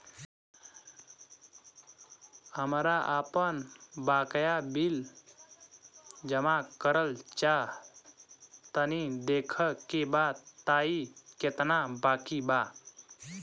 हमरा आपन बाकया बिल जमा करल चाह तनि देखऽ के बा ताई केतना बाकि बा?